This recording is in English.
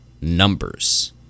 numbers